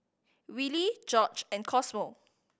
Willy Gorge and Cosmo